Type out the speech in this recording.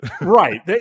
Right